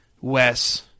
Wes